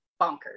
bonkers